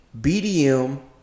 BDM